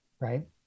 right